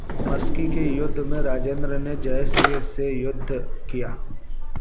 मस्की के युद्ध में राजेन्द्र ने जय सिंह से युद्ध किया